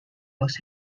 was